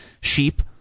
sheep